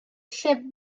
ship